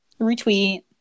retweet